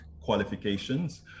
qualifications